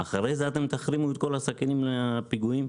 אחרי זה אתם תחרימו את כל הסכינים בגלל הפיגועים?